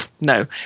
no